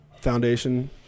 foundation